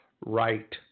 right